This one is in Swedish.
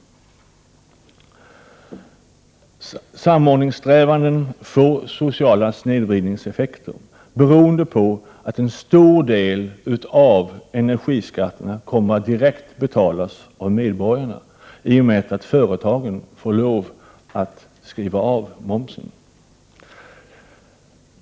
Samordningssträvanden får sociala snedvridningseffekter, beroende på att en stor del av energiskatterna kommer att betalas direkt av medborgarna i och med att företagen får lov att skriva av momsen.